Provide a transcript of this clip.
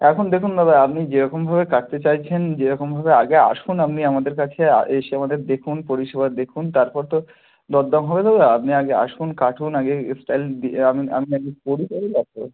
এখন দেখুন দাদা আপনি যেরকমভাবে কাটতে চাইছেন যেরকমভাবে আগে আসুন আপনি আমাদের কাছে এসে আমাদের দেখুন পরিষেবা দেখুন তারপর তো দরদাম হবে দাদা আপনি আগে আসুন কাটুন আগে স্টাইল আমি আগে তৈরি করি তার পরে